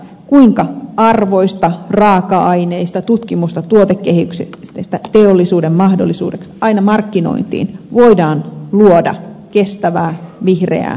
kuinka arvoista raaka aineista tutkimuksista tuotekehityksestä voidaan teollisuuden mahdollisuudeksi aina markkinointiin asti luoda kestävää vihreää taloutta